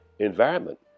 Environment